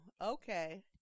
okay